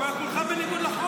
זה בניגוד לחוק.